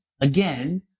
again